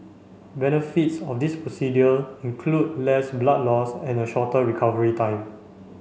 benefits of this procedure include less blood loss and a shorter recovery time